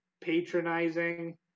patronizing